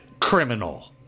criminal